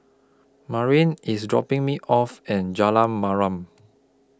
Marin IS dropping Me off At Jalan Mariam